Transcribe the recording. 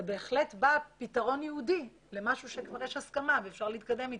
זה בהחלט בא כפתרון ייעודי למשהו שכבר יש הסכמה ואפשר להתקדם אתו.